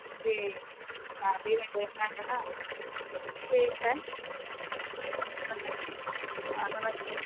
जी शादी में देना है ना ठीक है हाँ नमस्ते हाँ नमस्ते